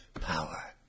power